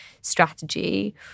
strategy